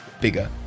bigger